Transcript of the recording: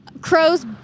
crows